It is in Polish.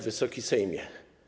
Wysoki Sejmie!